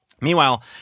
meanwhile